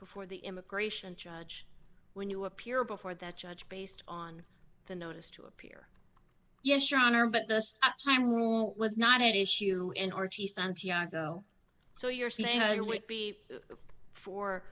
before the immigration judge when you appear before that judge based on the notice to appear yes your honor but this time rule was not at issue in archie santiago so you're saying it would be for